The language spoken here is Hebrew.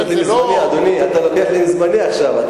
אדוני, אתה לוקח לי מזמני עכשיו.